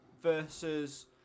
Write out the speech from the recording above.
versus